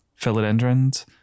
philodendrons